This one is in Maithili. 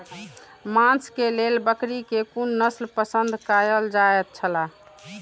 मांस के लेल बकरी के कुन नस्ल पसंद कायल जायत छला?